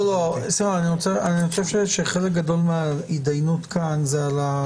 שמחה, אני חושב שחלק גדול מההתדיינות כאן זה על ה